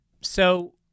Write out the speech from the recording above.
So-